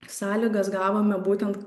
sąlygas gavome būtent